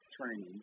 training